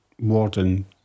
warden